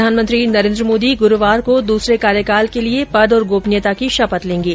प्रधानमंत्री नरेन्द्र मोदी गुरूवार को दूसरे कार्यकाल के लिये पद और गोपनीयता की शपथ लेंगे